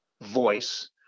voice